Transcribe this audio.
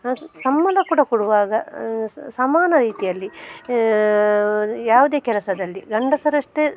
ಸಂಬಳ ಕೂಡ ಕೊಡುವಾಗ ಸಮಾನ ರೀತಿಯಲ್ಲಿ ಯಾವುದೇ ಕೆಲಸದಲ್ಲಿ ಗಂಡಸರಷ್ಟೇ